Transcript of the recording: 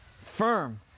firm